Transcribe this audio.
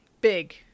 big